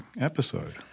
episode